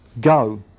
Go